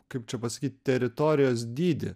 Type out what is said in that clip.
kaip čia pasakyt teritorijos dydį